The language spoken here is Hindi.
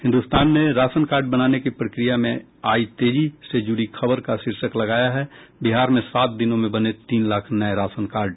हिन्दुस्तान ने राशन कार्ड बनाने की प्रक्रिया में आयी तेजी से जुड़ी खबर का शीर्षक लगाया है बिहार में सात दिनों में बने तीन लाख नये राशन कार्ड